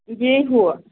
بیٚیہِ ہُہ